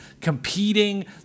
competing